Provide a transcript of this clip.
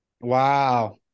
wow